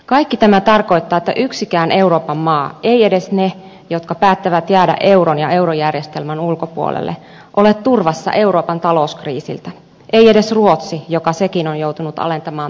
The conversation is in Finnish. kaikki tämä tarkoittaa että yksikään euroopan maa eivät edes ne jotka päättävät jäädä euron ja eurojärjestelmän ulkopuolelle ole turvassa euroopan talouskriisiltä ei edes ruotsi joka sekin on joutunut alentamaan talousennusteitaan